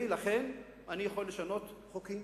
ולכן אני יכול לשנות חוקים